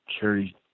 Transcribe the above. carry